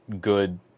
good